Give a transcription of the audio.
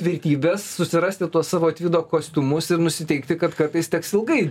tvirtybės susirasti tuos savo tvido kostiumus ir nusiteikti kad kartais teks ilgai